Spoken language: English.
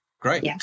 Great